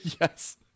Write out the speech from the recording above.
Yes